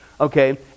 okay